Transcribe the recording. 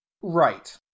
Right